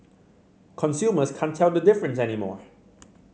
consumers can't tell the difference anymore